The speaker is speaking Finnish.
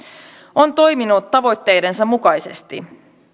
on toiminut tavoitteidensa mukaisesti